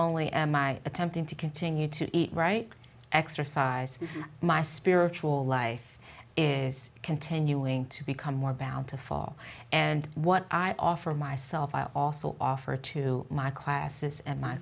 only am i attempting to continue to eat right exercise my spiritual life is continuing to become more about to fall and what i offer myself i also offer to my classes and my